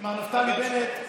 מר נפתלי בנט,